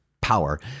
power